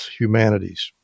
humanities